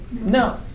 No